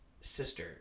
sister